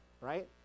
right